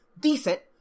decent